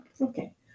Okay